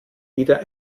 wieder